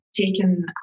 taken